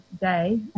day